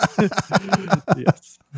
yes